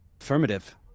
Affirmative